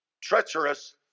treacherous